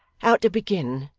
how to begin.